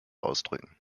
ausdrücken